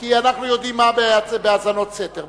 כי אנחנו יודעים מה בהאזנות סתר,